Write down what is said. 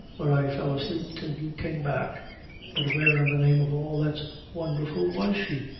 where i fell asleep till you came back but where, in the name of all that's wonderful, was she?